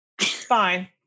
fine